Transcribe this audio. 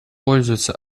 пользуются